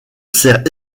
sert